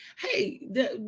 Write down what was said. Hey